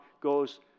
goes